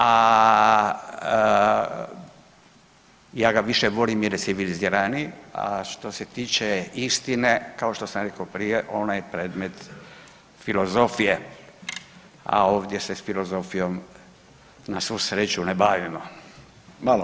A ja ga više volim jer je civiliziraniji, a što se tiče istine, kao što sam rekao prije, ona je predmet filozofije, a ovdje se s filozofijom, na svu sreću, ne bavimo [[Upadica: Malo, malo, ...]] nerazumljivo/